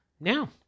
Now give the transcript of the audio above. Now